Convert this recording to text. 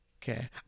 Okay